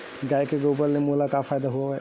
गाय के गोबर ले मोला का का फ़ायदा हवय?